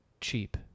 cheap